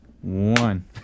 one